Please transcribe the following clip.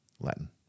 Latin